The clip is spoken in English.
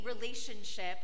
relationship